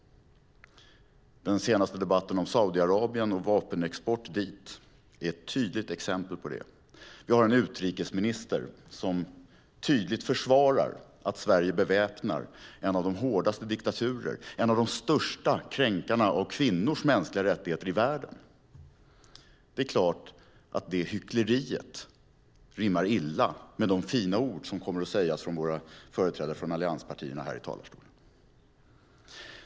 Den senaste debatten om Saudiarabien och vapenexport dit är ett tydligt exempel på det. Vi har en utrikesminister som tydligt försvarar att Sverige beväpnar en av de hårdaste diktaturerna, en av de största kränkarna av kvinnors mänskliga rättigheter i världen. Det är klart att det hyckleriet rimmar illa med de fina ord som kommer att sägas av våra företrädare för allianspartierna här i talarstolen.